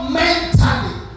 mentally